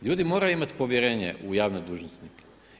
Ljudi moraju imati povjerenje u javne dužnosnike.